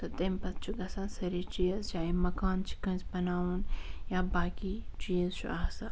تَمہِ پَتہٕ چھُ گژھان سٲرٕے چیٖز چاہے مَکان چھُ کٲنٛسہِ بَناوُن یا باقٕے چیٖز چھُ آسان